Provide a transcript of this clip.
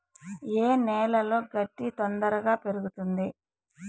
ఏ నేలలో గడ్డి తొందరగా పెరుగుతుంది